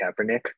Kaepernick